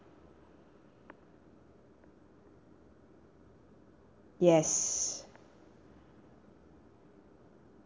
yes